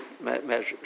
measures